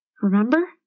Remember